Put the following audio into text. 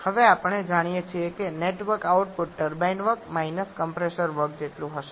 હવે આપણે જાણીએ છીએ કે net work output turbine work minus compressor work જેટલું હશે